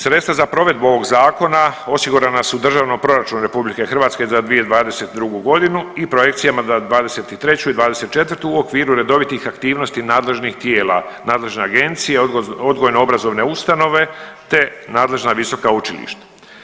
Sredstva za provedbu ovog zakona osigurana su u Državnom proračunu RH za 2022.g. i projekcijama za '23. i '24. u okviru redovitih aktivnosti nadležnih tijela, nadležne agencije, odgojno obrazovne ustanove, te nadležna visoka učilišta.